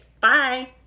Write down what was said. Bye